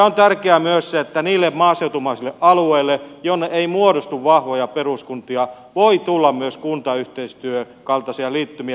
on tärkeää myös se että niille maaseutumaisille alueille jonne ei muodostu vahvoja peruskuntia voi tulla myös kuntayhteistyön kaltaisia liittymiä